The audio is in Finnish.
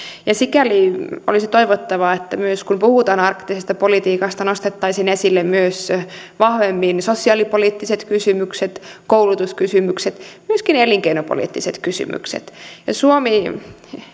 ja sikäli olisi toivottavaa että kun puhutaan arktisesta politiikasta nostettaisiin esille myös vahvemmin sosiaalipoliittiset kysymykset koulutuskysymykset myöskin elinkeinopoliittiset kysymykset suomi